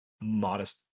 modest